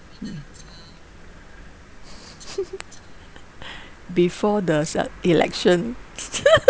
before the se~ election